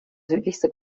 südlichste